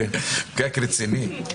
פקק רציני.